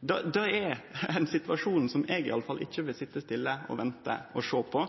Det er ein situasjon som i alle fall eg ikkje vil sitje stille og sjå på. Då treng vi fleire tiltak. Om representanten vil vere med på